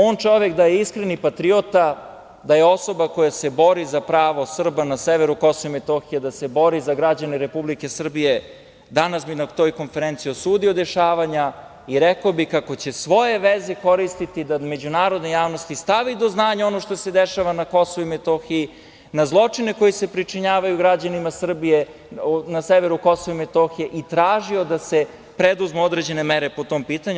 On čovek da je iskreni patriota, da je osoba koja se bori za pravo Srba na severu Kosova i Metohije, da se bori za građane Republike Srbije danas bi na toj konferenciji osudio dešavanja i rekao bi kako će svoje veze koristiti da međunarodnoj javnosti stavi do znanja ono što se dešava na Kosovu i Metohiji, na zločine koji se pričinjavaju građanima Srbije na severu Kosova i Metohije i tražio da se preduzmu određene mere po tom pitanju.